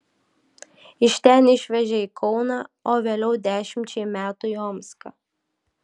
iš ten išvežė į kauną o vėliau dešimčiai metų į omską